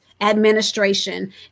Administration